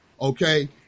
Okay